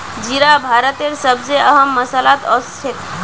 जीरा भारतेर सब स अहम मसालात ओसछेख